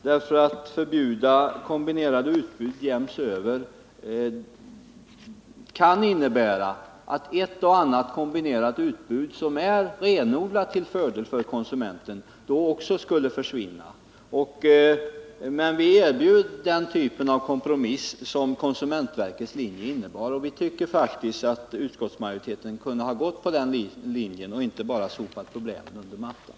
Ett förbud jäms över mot kombinerade utbud kan innebära att ett och annat kombinerat utbud som är renodlat till fördel för konsumenten också skulle försvinna. Men vi erbjöd den typ av kompromiss som konsumentverkets linje innebar. Utskottsmajoriteten kunde ha gått på den linjen i stället för att bara sopa problemen under mattan.